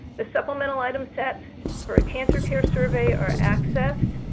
the supplemental item sets for cancer care survey are access,